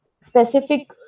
specific